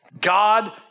God